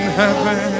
heaven